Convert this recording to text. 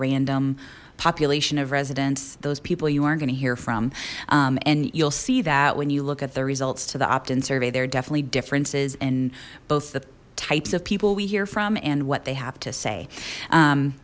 random population of residents those people you aren't gonna hear from and you'll see that when you look at the results to the opt in survey there are definitely differences in both the types of people we hear from and what they have to say